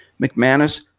McManus